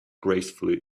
gracefully